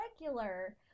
regular